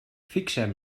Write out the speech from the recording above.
fixem